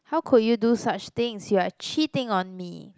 how could you do such things you're cheating on me